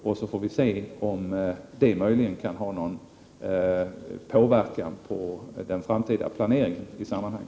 Sedan får vi se om de diskussionerna möjligen kan ha någon påverkan på den framtida planeringen i sammanhanget.